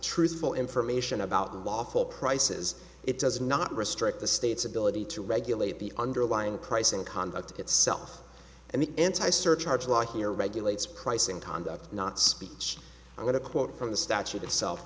truthful information about unlawful prices it does not restrict the state's ability to regulate the underlying price and conduct itself and the anti surcharge law here regulates pricing conduct not speech i'm going to quote from the statute itself